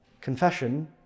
Confession